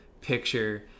picture